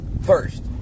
first